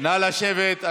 נא לשבת.